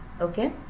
okay